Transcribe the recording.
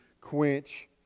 quench